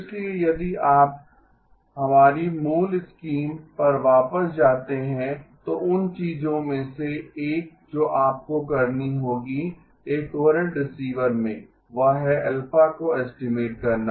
इसलिए यदि आप हमारी मूल स्कीम पर वापस जाते हैं तो उन चीजों में से एक जो आपको करनी होगी एक कोहेरेंट रिसीवर में वह है α को एस्टीमेट करना